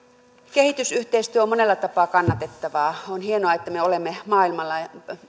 kehitysyhteistyö on monella tapaa kannatettavaa on hienoa että me olemme maailmalla